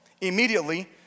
Immediately